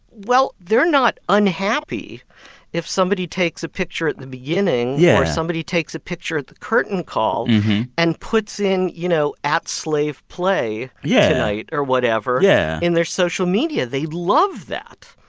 well, they're not unhappy if somebody takes a picture at the beginning. yeah. or somebody takes a picture at the curtain call and puts in, you know, at slave play yeah tonight or whatever. yeah. yeah. in their social media. they love that.